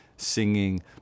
singing